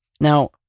Now